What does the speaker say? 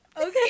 Okay